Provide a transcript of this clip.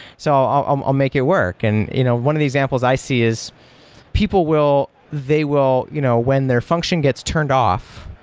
so i'll um i'll make it work. and you know one of the examples i see is people, they will you know when their function gets turned off,